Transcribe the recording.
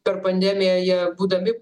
per pandemiją jie būdami